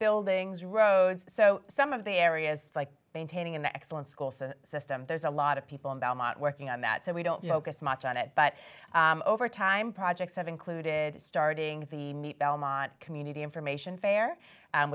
buildings roads so some of the areas like maintaining an excellent schools system there's a lot of people in belmont working on that so we don't focus much on it but over time projects have included starting the belmont community information fair